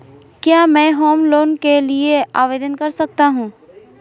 क्या मैं home loan के लिए आवेदन कर सकता हूं?